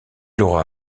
aura